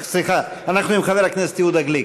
סליחה, אנחנו עם חבר הכנסת יהודה גליק.